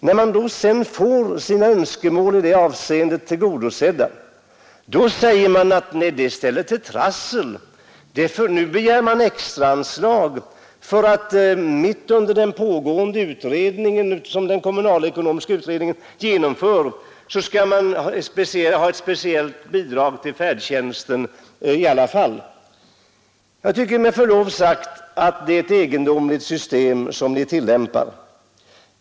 När man sedan får sina önskemål i det — Nr 61 avsendet tillgodosedda, säger man att det ställer till trassel och begär Onsdagen den extra anslag till färdtjänsen mitt under den kommunalekonomiska 4 april 1973 utredningens pågående arbete. öda Jag tycker med förlov sagt att det är ett egendomligt system ni Handikappvård, tillämpar.